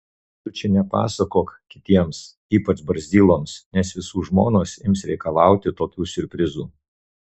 tu čia nepasakok kitiems ypač barzdyloms nes visų žmonos ims reikalauti tokių siurprizų